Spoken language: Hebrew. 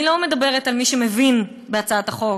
אני לא מדברת על מי שמבין בהצעת החוק,